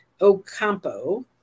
Ocampo